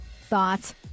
thoughts